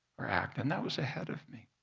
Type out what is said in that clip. or act, and that was ahead of me.